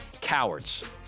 Cowards